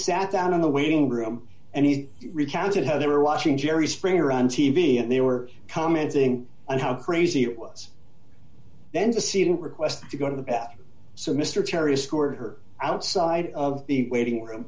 sat down in the waiting room and he recounted how they were watching jerry springer on t v and they were commenting on how crazy it was then to see them request to go to the bet so mr terry scored her outside of the waiting room